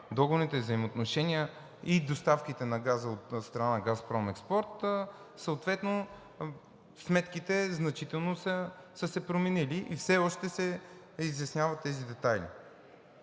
договорните взаимоотношения и доставките на газа от страна на „Газпром Експорт“, съответно сметките значително са се променили и все още се изясняват тези детайли.